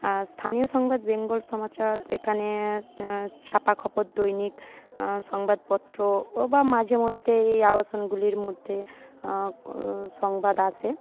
আর স্থানীয় সংবাদ বেঙ্গল সমাচার এখানে ছাপা খবর দৈনিক সংবাদপত্র বা মাঝে মধ্যে এই আবাসনগুলির মধ্যে সংবাদ আসে